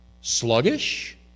Sluggish